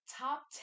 top